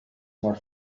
more